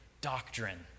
doctrine